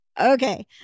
Okay